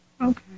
Okay